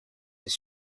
his